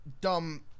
dumb